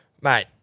Mate